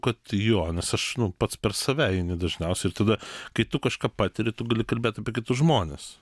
kad jo nes aš nu pats per save eini dažniausiai ir tada kai tu kažką patiri tu gali kalbėt apie kitus žmones